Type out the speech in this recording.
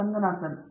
Ranganathan T